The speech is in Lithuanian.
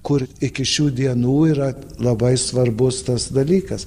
kur iki šių dienų yra labai svarbus tas dalykas